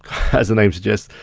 as the name suggests,